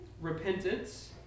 repentance